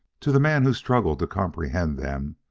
to the man who struggled to comprehend them,